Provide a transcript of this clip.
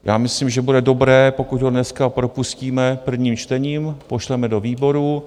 Já myslím, že bude dobré, pokud ho dneska propustíme prvním čtením, pošleme do výborů.